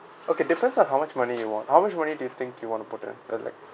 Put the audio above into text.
okay depends on how much money you want how much money do you think you want to put in and like